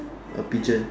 oh pigeon